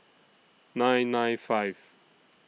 nine nine five